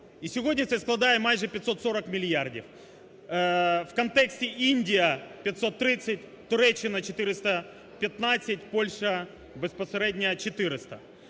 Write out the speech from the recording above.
і сьогодні це складає майже 540 мільярдів. В контексті: Індія – 530, Туреччина – 415, Польща безпосередньо – 400.